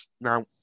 Now